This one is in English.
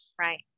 Right